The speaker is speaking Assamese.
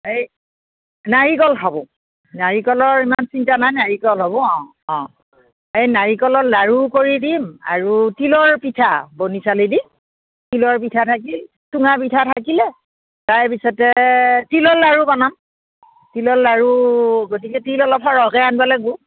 এই নাৰিকল হ'ব নাৰিকলৰ ইমান চিন্তা নাই নাৰিকল হ'ব অঁ অঁ এই নাৰিকলৰ লাৰু কৰি দিম আৰু তিলৰ পিঠা বনি চাউলেদি তিলৰ পিঠা থাকিল চুঙা পিঠা থাকিলে তাৰ পিছতে তিলৰ লাৰু বনাম তিলৰ লাৰু গতিকে তিল অলপ সৰহকে আনিব লাগিব